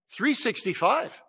365